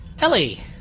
Ellie